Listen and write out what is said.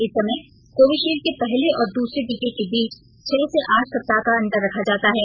इस समय कोविशील्ड के पहले और दूसरे टीके के बीच छह से आठ सप्ताह का अंतर रखा जाता है